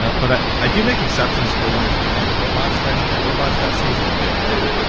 ah but i i do make exceptions for when there's giant robots fighting giant robots. that seems okay, right?